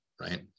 right